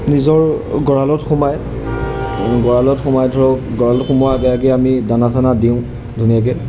নিজৰ গঁৰালত সোমায় গঁৰালত সোমাই ধৰক গঁৰালত সোমোৱা আগে আগে আমি দানা চানা দিওঁ ধুনীয়াকৈ